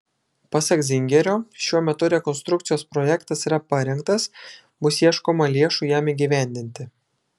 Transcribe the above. pasak zingerio šiuo metu rekonstrukcijos projektas yra parengtas bus ieškoma lėšų jam įgyvendinti